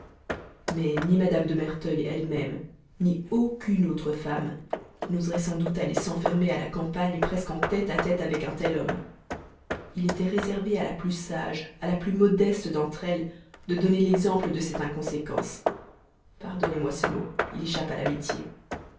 mais ni mme de merteuil elle-même ni aucune autre femme n'oserait sans doute aller s'enfermer à la campagne presque en tête à tête avec un tel homme il était réservé à la plus sage à la plus modeste d'entr'elles de donner l'exemple de cette inconséquence pardonnez-moi ce mot il échappe à l'amitié